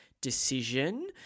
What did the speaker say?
decision